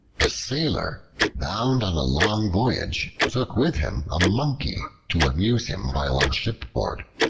a sailor, bound on a long voyage, took with him a monkey to amuse him while on shipboard.